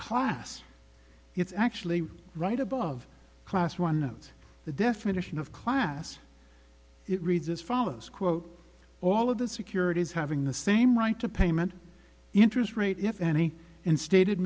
class it's actually right above class one of the definition of class it reads as follows quote all of the securities having the same right to payment interest rate if any unstated